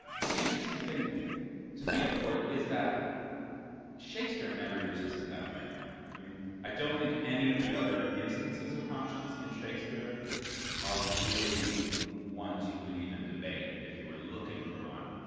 the interesting thing to me, of course, is that shakespeare never uses it that way in hamlet. i mean i don't think any of the other instances of conscience in shakespeare are really ones you could even debate if you were looking for one.